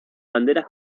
banderas